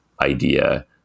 idea